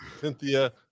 Cynthia